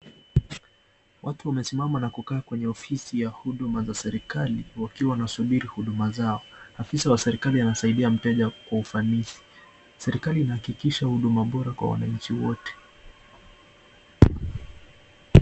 Watu wamesimama na kukaa kwenye ofisi ya huduma za serikali wakiwa wanasubiri huduma zao, afisa wa serikali anasaidia mteja kwa ufanisi. Serikali inahakikisha huduma bora kwa wananchi wote.